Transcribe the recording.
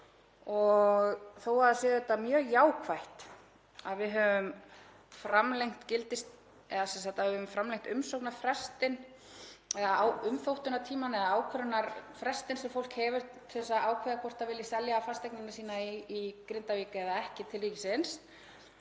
að það sé mjög jákvætt að við höfum framlengt umsóknarfrestinn eða umþóttunartímann eða ákvörðunarfrestinn sem fólk hefur til að ákveða hvort það vilji selja fasteignina sína í Grindavík eða ekki, til ríkisins